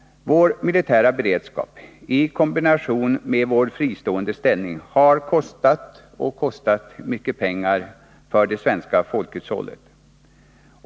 Vår militära beredskap, i kombination med vår fristående ställning, har kostat och kostar mycket pengar för det svenska folkhushållet.